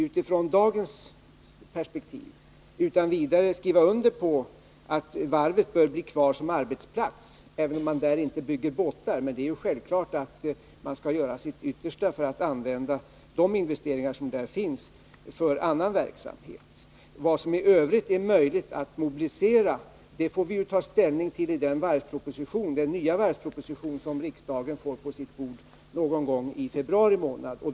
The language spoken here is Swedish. Utifrån dagens perspektiv kan jag utan vidare skriva under på att varvet bör bli kvar som arbetsplats, även om man där inte bygger båtar. Det är självklart att man skall göra sitt yttersta för att använda investeringarna där för annan verksamhet. Vad som i övrigt är möjligt att mobilisera får vi ta ställning till i den nya varvsproposition som riksdagen får på sitt bord någon gång i februari månad.